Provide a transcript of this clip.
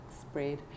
spread